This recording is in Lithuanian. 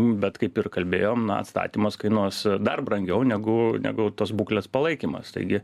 bet kaip ir kalbėjom na atstatymas kainuos dar brangiau negu negu tas būklės palaikymas taigi